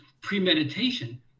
premeditation